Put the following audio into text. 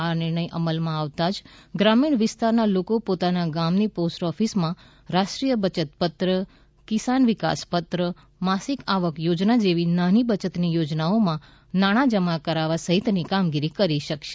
આ નિર્ણય અમલમાં આવતા જ ગ્રામીણ વિસ્તારના લોકો પોતાના ગામની પોસ્ટ ઓફિસોમાં રાષ્ટ્રીય બચતપત્ર કિસાન વિકાસ પત્ર માસિક આવક યોજના જેવી નાની બચતની યોજનામાં નાણાં જમા કરવા સહિતની કામગીરી કરી શકશે